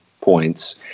points